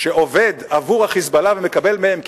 שעובד עבור ה"חיזבאללה" ומקבל מהם כסף,